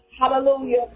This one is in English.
Hallelujah